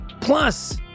plus